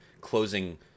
closing